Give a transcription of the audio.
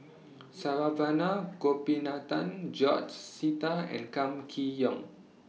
Saravanan Gopinathan George Sita and Kam Kee Yong